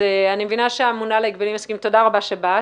לגבי הממונה על ההגבלים העסקיים, תודה רבה שבאת.